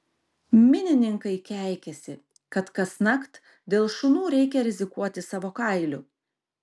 minininkai keikiasi kad kasnakt dėl šunų reikia rizikuoti savo kailiu